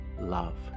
love